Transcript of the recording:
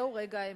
זהו רגע האמת."